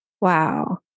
Wow